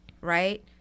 right